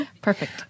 Perfect